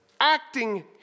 acting